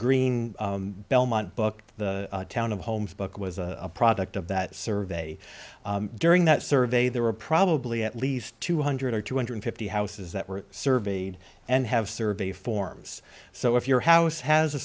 green belmont book the town of holmes book was a product of that survey during that survey there were probably at least two hundred or two hundred fifty houses that were surveyed and have survey forms so if your house has a